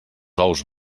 ous